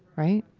right?